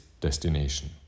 destination